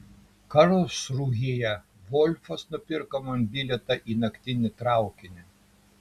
karlsrūhėje volfas nupirko man bilietą į naktinį traukinį